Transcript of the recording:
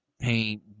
paint